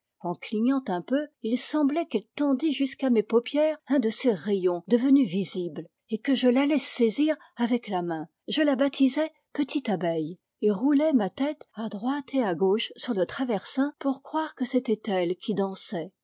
en clignant un peu il semblait qu'elle tendît jusqu'à mes paupières un de ses rayons devenu visible et que je l'allais saisir avec la main je la baptisai petite abeille et roulais ma tête à droite et à gauche sur le traversin pour croire que c'était elle qui dansait